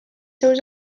seus